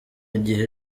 gihe